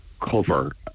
cover